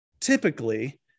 typically